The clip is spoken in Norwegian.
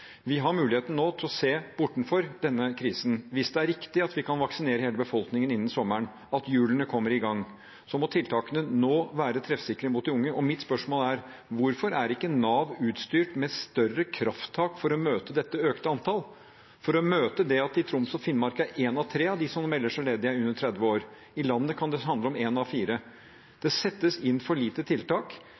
Vi har nå mulighet til å se bortenfor denne krisen. Hvis det er riktig at vi kan vaksinere hele befolkningen innen sommeren, at hjulene kommer i gang, må tiltakene nå være treffsikre overfor de unge. Mitt spørsmål er: Hvorfor er ikke Nav utstyrt med større krafttak for å møte dette økte antallet, for å møte at i Troms og Finnmark er én av tre av dem som melder seg ledige, under 30 år? I landet kan det handle om én av fire. Det settes inn for lite tiltak.